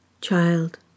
Child